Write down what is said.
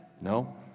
No